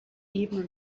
eben